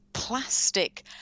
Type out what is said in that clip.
plastic